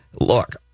look